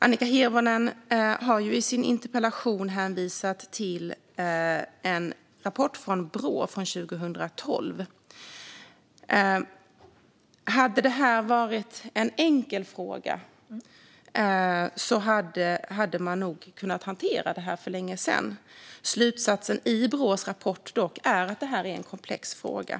Annika Hirvonen har i sin interpellation hänvisat till en rapport från Brå från 2012. Om detta var en enkel fråga hade man nog kunnat hantera det här för länge sedan. Slutsatsen i Brås rapport är dock att det är en komplex fråga.